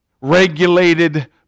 regulated